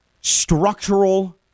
structural